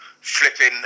flipping